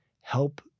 help